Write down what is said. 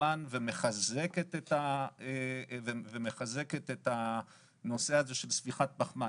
פחמן ומחזקת את הנושא הזה של ספיחת פחמן.